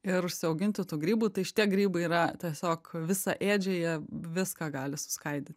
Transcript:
ir užsiauginti tų grybų tai šitie grybai yra tiesiog visaėdžiai jie viską gali suskaidyt